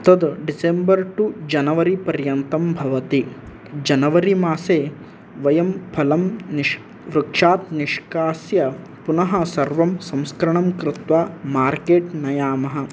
तद् December to January पर्यन्तं भवति जनवरि मासे वयं फलं निश् वृक्षात् निष्कास्य पुनः सर्वं संस्करणं कृत्वापुनः मार्केट् नयामः